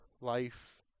life